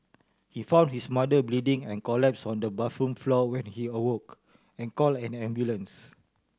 he found his mother bleeding and collapsed on the bathroom floor when he awoke and called an ambulance